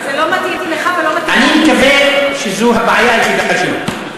אני מקווה שזאת הבעיה היחידה שלו.